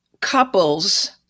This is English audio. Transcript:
couples